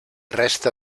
resta